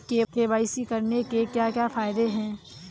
KYC करने के क्या क्या फायदे हैं?